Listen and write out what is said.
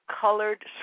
colored